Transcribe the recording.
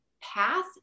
path